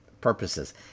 purposes